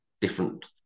different